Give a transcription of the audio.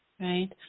right